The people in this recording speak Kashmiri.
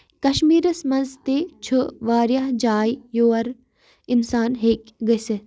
کَشمیٖرَس منٛز تہِ چھُ واریاہ جایہِ یور اِنسان ہیٚکہٕ گٔژھِتھ